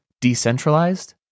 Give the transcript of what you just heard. decentralized